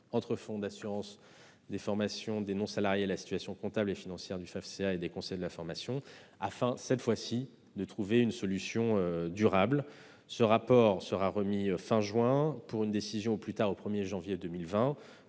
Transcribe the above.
entre les fonds d'assurance formation des non-salariés et la situation comptable et financière du Fafcea et des conseils de la formation a été lancée, afin de trouver une solution durable. Son rapport sera remis fin juin, pour une décision au plus tard le 1 janvier 2020.